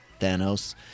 Thanos